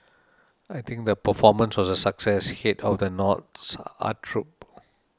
I think the performance was a success head of the North's art troupe